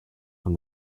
from